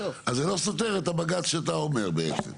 אז זה לא סותר את הבג"ץ שאתה אומר בעצם.